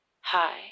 hi